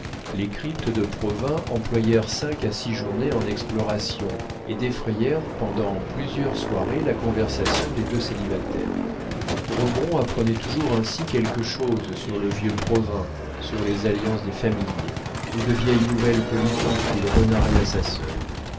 les cryptes de provins employèrent cinq à six journées en explorations et défrayèrent pendant plusieurs soirées la conversation des deux célibataires rogron apprenait toujours ainsi quelque chose sur le vieux provins sur les alliances des familles ou de vieilles nouvelles politiques qu'il renarrait à sa sœur